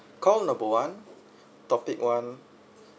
call number one topic one